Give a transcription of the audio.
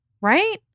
Right